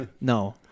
No